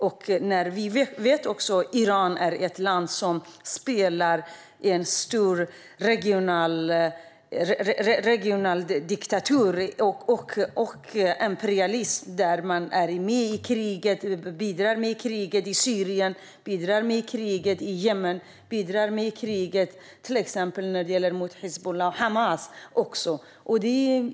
Vi vet också att Iran är ett land som ägnar sig åt regional diktatur och imperialism. Man är med och bidrar till kriget i Syrien och i Jemen samt i kriget mot Hizbullah och Hamas.